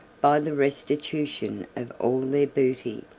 by the restitution of all their booty,